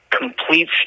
complete